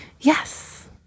Yes